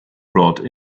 brought